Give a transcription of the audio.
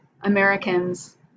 Americans